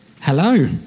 Hello